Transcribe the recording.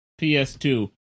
PS2